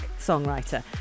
songwriter